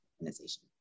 organization